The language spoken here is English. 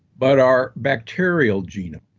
but our bacterial genome,